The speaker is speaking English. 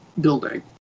building